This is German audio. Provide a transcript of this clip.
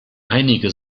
einige